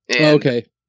Okay